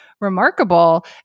remarkable